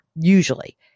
Usually